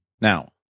Now